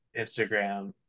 Instagram